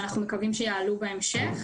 שאנחנו מקווים שיעלו בהמשך.